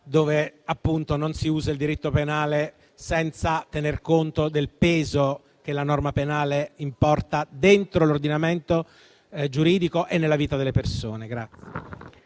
dove non si usa il diritto penale senza tener conto del peso che la norma penale importa dentro l'ordinamento giuridico e nella vita delle persone.